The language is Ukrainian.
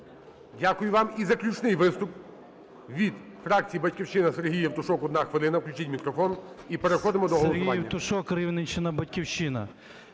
Дякую вам. І заключний виступ від фракції "Батьківщина". Сергій Євтушок, одна хвилина, включіть мікрофон. І переходимо до голосування.